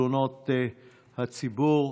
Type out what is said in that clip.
ו-52 בנושא: ציון יום נציב תלונות הציבור.